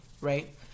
right